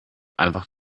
einfach